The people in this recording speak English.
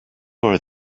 where